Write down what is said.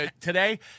today